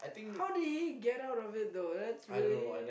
how did he get out of it though that's very